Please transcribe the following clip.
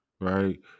right